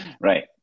right